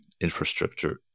infrastructure